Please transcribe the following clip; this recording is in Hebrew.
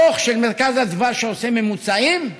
הדוח של מרכז אדוה, שעושה ממוצעים,